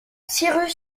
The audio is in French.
cyrus